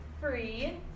free